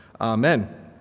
Amen